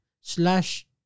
slash